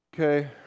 Okay